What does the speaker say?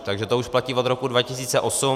Takže to už platí od roku 2008.